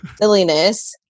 silliness